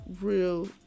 real